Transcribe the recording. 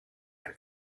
and